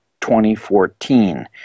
2014